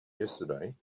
yesterday